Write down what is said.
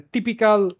Typical